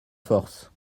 force